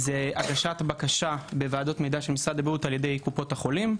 זו הגשת בקשה בוועדות מידע של משרד הבריאות על-ידי קופות החולים,